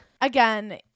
Again